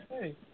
Hey